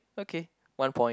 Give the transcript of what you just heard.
okay one point